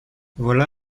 voilà